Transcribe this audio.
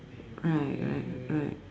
right right right